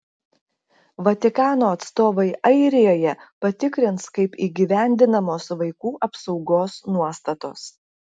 vatikano atstovai airijoje patikrins kaip įgyvendinamos vaikų apsaugos nuostatos